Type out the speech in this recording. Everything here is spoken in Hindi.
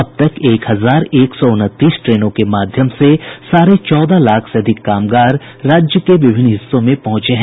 अब तक एक हजार एक सौ उनतीस ट्रेनों के माध्यम से साढ़े चौदह लाख से अधिक कामगार राज्य के विभिन्न हिस्सों में पहुंचे हैं